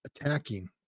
attacking